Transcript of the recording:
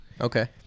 Okay